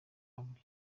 abura